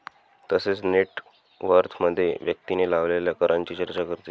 तसेच नेट वर्थमध्ये व्यक्तीने लावलेल्या करांची चर्चा करते